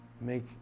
Make